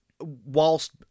whilst